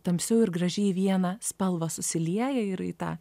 tamsių ir gražiai į vieną spalvą susilieja ir į tą